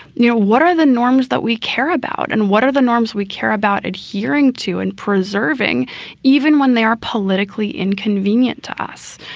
you know, what are the norms that we care about and what are the norms we care about adhering to and preserving even when they are politically inconvenient to us,